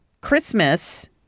Christmas